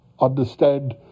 Understand